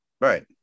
Right